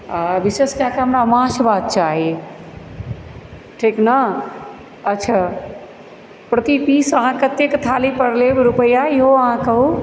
आओर विशेष कए कऽ हमरा माँछ भात चाही ठीक ने अच्छा प्रति पीस अहाँ कतेक थालीपर लेब रुपैआ इहो अहाँ कहू